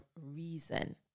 reason